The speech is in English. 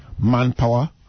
manpower